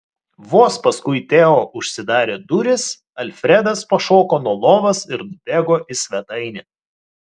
vos paskui teo užsidarė durys alfredas pašoko nuo lovos ir nubėgo į svetainę